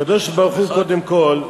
הקדוש-ברוך-הוא, קודם כול,